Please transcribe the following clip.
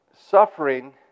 suffering